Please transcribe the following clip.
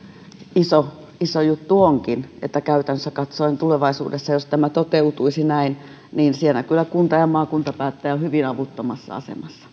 iso iso juttu onkin että käytännössä katsoen tulevaisuudessa jos tämä toteutuisi näin siinä kyllä kunta ja maakuntapäättäjä on hyvin avuttomassa asemassa